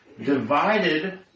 divided